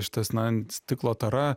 šitas na stiklo tara